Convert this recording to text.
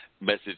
message